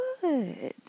Good